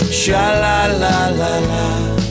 Sha-la-la-la-la